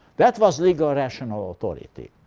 that was legal rational authority.